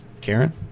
Karen